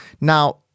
Now